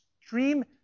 extreme